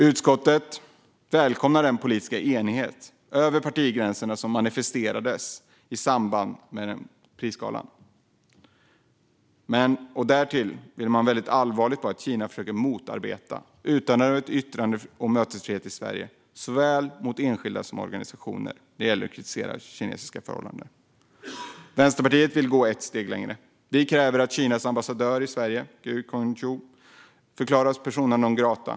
Utskottet välkomnar den politiska enighet över partigränserna som manifesterades i samband med prisgalan. Därtill ser man allvarligt på att Kina försöker motarbeta utövandet av yttrande och mötesfrihet i Sverige av såväl enskilda som organisationer som kritiserar kinesiska förhållanden. Vänsterpartiet vill gå ett steg längre. Vi kräver att Kinas ambassadör i Sverige, Gui Congyou, förklaras persona non grata.